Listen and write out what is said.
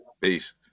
Peace